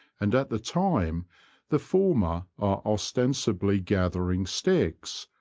and at the time the former are os tensibly gathering sticks,